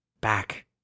Back